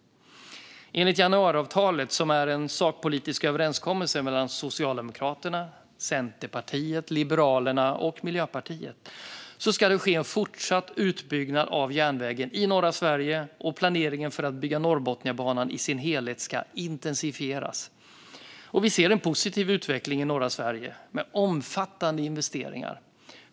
Enligt januariavtalet, som är en sakpolitisk överenskommelse mellan Socialdemokraterna, Centerpartiet, Liberalerna och Miljöpartiet, ska det ske en fortsatt utbyggnad av järnvägen i norra Sverige, och planeringen för att bygga Norrbotniabanan i sin helhet ska intensifieras. Vi ser en positiv utveckling i norra Sverige, med omfattande investeringar.